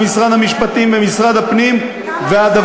של משרד הפנים ושל משרד המשפטים.